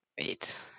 Wait